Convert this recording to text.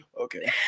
Okay